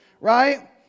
right